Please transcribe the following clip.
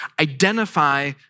identify